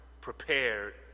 prepared